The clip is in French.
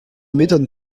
m’étonne